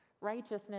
Righteousness